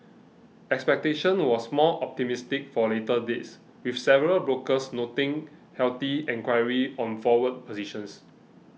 expectation was more optimistic for later dates with several brokers noting healthy enquiry on forward positions